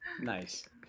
nice